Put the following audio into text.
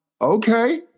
okay